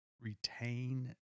retain